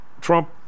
Trump